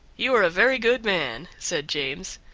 you are a very good man, said james.